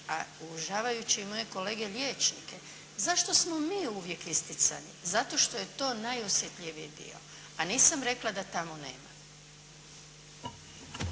a uvažavajući i moje kolege liječnike, zašto smo mi uvijek isticani? Zato što je to najosjetljiviji dio. A nisam rekla da tamo nema.